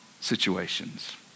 situations